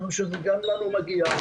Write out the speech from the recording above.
גם לנו מגיע,